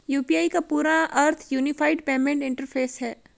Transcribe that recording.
UPI का पूरा अर्थ यूनिफाइड पेमेंट इंटरफ़ेस है